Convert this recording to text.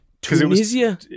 Tunisia